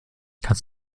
kannst